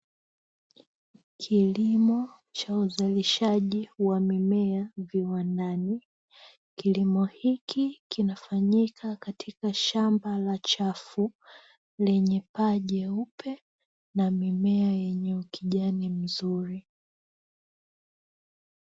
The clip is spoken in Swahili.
Kilimo cha uzalishaji wa mimea viwandani. Kilimo hiki kinafanyika katika shamba la chafu lenye paa jeupe na mimea yenye ukijani mzuri.